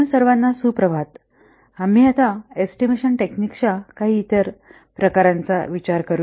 आपणा सर्वांना सुप्रभात आम्ही आता एस्टिमेशन टेकनिक्सच्या इतर काही प्रकारांचा विचार करू